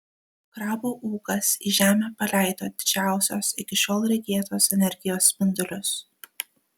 krabo ūkas į žemę paleido didžiausios iki šiol regėtos energijos spindulius